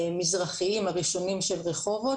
המזרחיים, הראשונים של רחובות,